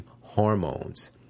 hormones